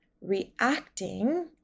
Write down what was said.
reacting